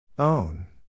Own